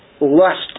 lust